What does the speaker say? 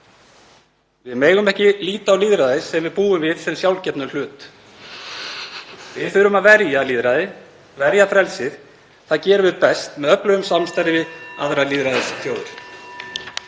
Við megum ekki líta á lýðræðið sem við búum við sem sjálfgefinn hlut. Við þurfum að verja lýðræði, verja frelsið. Það gerum við best með öflugu samstarfi við aðrar lýðræðisþjóðir.